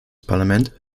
parlament